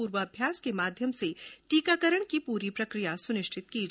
पूर्वाभ्यास के माध्यम से टीकाकरण की पूरी प्रकिया सुनिश्चित की जा रही है